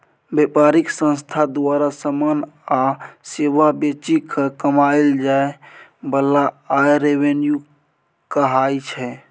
बेपारिक संस्था द्वारा समान या सेबा बेचि केँ कमाएल जाइ बला आय रेवेन्यू कहाइ छै